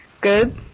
good